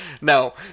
no